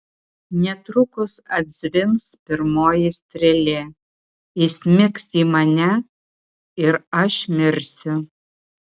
netrukus atzvimbs pirmoji strėlė įsmigs į mane ir aš mirsiu